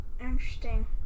Interesting